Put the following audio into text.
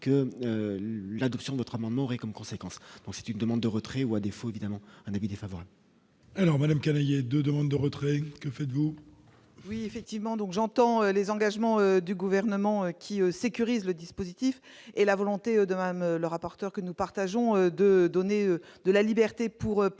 que l'adoption d'autres amendements aurait comme conséquence, donc c'est une demande de retrait ou, à défaut, évidemment, un avis défavorable. Alors Madame Canayer de demandes de retrait, que faites-vous. Oui effectivement, donc, j'entends les engagements du gouvernement qui sécurise le dispositif et la volonté de Madame le rapporteur, que nous partageons, de donner de la liberté pour pouvoir